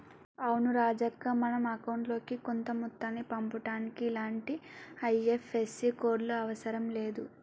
అవును రాజక్క మనం అకౌంట్ లోకి కొంత మొత్తాన్ని పంపుటానికి ఇలాంటి ఐ.ఎఫ్.ఎస్.సి కోడ్లు అవసరం లేదు